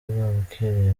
babukereye